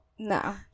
No